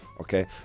Okay